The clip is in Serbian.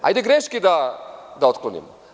Hajde greške da otklonimo.